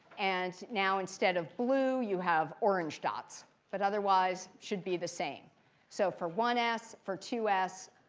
and now instead of blue you have orange dots, but otherwise should be the same so for one s, for two s,